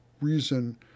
reason